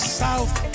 south